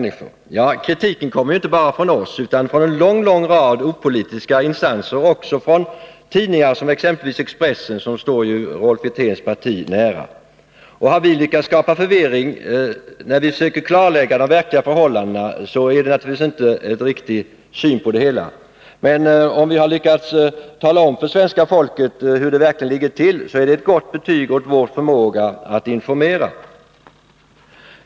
Men kritiken kommer inte bara från oss utan också från en lång rad opolitiska instanser och från tidningar, t.ex. Expressen som ju står Rolf Wirténs parti nära. Att vi skulle ha skapat förvirring när vi försökt klarlägga de verkliga förhållandena, är naturligtvis inte en riktig syn på det hela. Men om vi lyckats tala om för svenska folket hur det verkligen ligger till, är det ett gott betyg åt vår förmåga att informera.